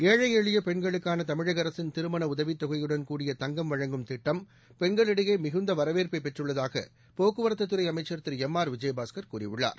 ஏழை எளிய பெண்களுக்கான தமிழக அரசின் திருமண உதவி தொகையுடன் கூடிய தங்கம் வழங்கும் திட்டம் பெண்களிடையே மிகுந்த வரவேற்பை பெற்றுள்ளதாக போக்குவரத்துத் துறை அமைச்சர் திரு எம் ஆர் விஜயபாஸ்கர் கூறியுள்ளார்